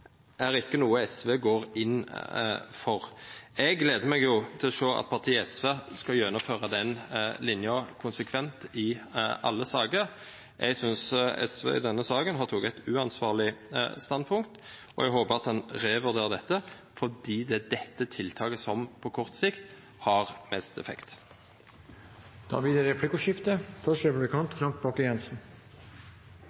for, er ikke noe SV går inn for. Jeg gleder meg til å se partiet SV gjennomføre den linjen konsekvent i alle saker. Jeg synes at SV i denne saken har tatt et uansvarlig standpunkt, og jeg håper at man revurderer dette, fordi det er dette tiltaket som på kort sikt har best effekt. Det blir replikkordskifte.